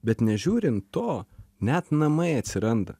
bet nežiūrint to net namai atsiranda